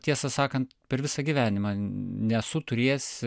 tiesą sakant per visą gyvenimą nesu turėjęs